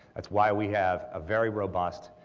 that's why we have a very robust